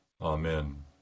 Amen